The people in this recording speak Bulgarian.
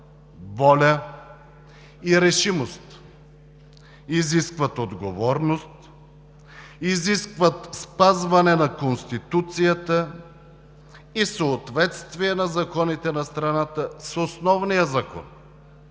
воля и решимост, изискват отговорност, изискват спазване на Конституцията и съответствие на законите на страната с Основния закон,